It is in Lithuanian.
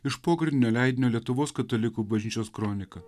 iš pogrindinio leidinio lietuvos katalikų bažnyčios kronika